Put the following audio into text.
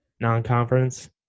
non-conference